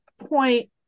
point